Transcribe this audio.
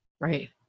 Right